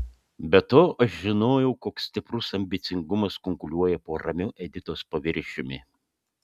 be to aš žinojau koks stiprus ambicingumas kunkuliuoja po ramiu editos paviršiumi